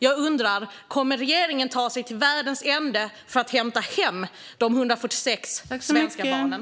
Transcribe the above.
Jag undrar: Kommer regeringen att ta sig till världens ände för att hämta hem de 146 svenska barnen?